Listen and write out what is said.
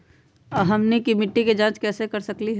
हमनी के मिट्टी के जाँच कैसे कर सकीले है?